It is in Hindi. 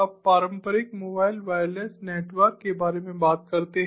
अब पारंपरिक मोबाइल वायरलेस नेटवर्क के बारे में बात करते हैं